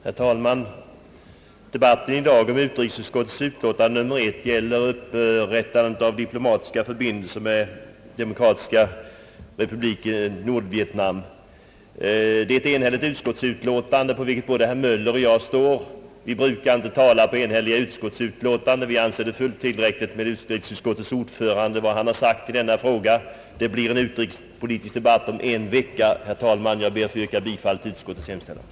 Herr talman! Debatten i dag om utrikesutskottets utlåtande nr 1 gäller upprättandet av diplomatiska förbindelser med Demokratiska Republiken Vietnam. Det föreligger ett enhälligt utskottsutlåtande, som både herr Möller och jag står bakom. Vi brukar inte ta till orda i frågor där utskottet är enhälligt, utan anser det vara fullt tillräckligt med vad utskottets ordförande har sagt. Det blir en utrikesdebatt om en vecka. Jag skall därför inte säga mer om detta nu utan ber att få yrka bifall till utskottets hemställan.